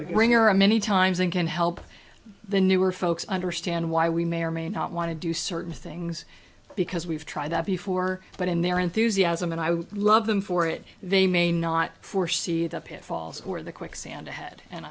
agreeing are many times and can help the newer folks understand why we may or may not want to do certain things because we've tried that before but in their enthusiasm and i love them for it they may not foresee the pitfalls or the quicksand ahead and